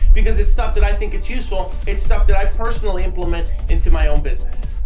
because it's stuff that i think it's useful, it's stuff that i personally implement into my own business.